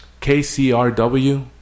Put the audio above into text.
KCRW